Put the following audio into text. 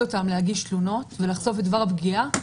אותם להגיש תלונות ולחשוף את דבר הפגיעה,